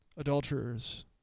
Adulterers